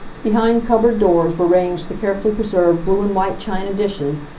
behind cupboard doors were ranged the carefully preserved blue-and-white china dishes,